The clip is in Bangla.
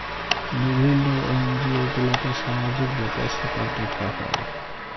বিভিল্য এনজিও গুলাতে সামাজিক ব্যাপার স্যাপার দ্যেখা হ্যয়